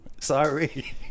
sorry